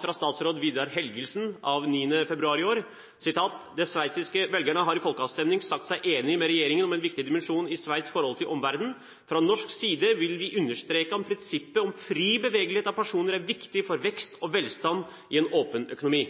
fra statsråd Vidar Helgesen av 9. februar i år: «De sveitsiske velgerne har i folkeavstemningen sagt seg uenig med sin regjering om en viktig dimensjon i Sveits’ forhold til omverdenen. Fra norsk side vil vi understreke at prinsippet om fri bevegelighet av personer er viktig for vekst og velstand i en åpen økonomi.»